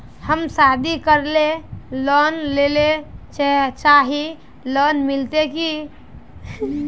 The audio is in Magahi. हम शादी करले लोन लेले चाहे है लोन मिलते की?